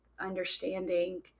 understanding